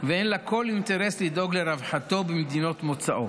ואין לה כל אינטרס לדאוג לרווחתו במדינות מוצאו,